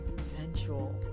sensual